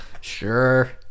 Sure